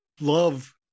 love